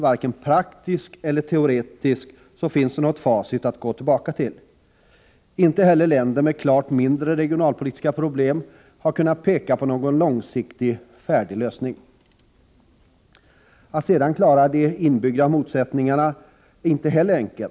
Varken praktiskt eller teoretiskt finns det något facit att gå tillbaka till. Inte heller länder med klart mindre regionalpolitiska problem har kunnat peka på någon långsiktig, färdig lösning. Att sedan klara de inbyggda motsättningarna är inte heller enkelt.